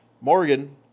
Morgan